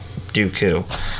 Dooku